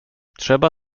trzeba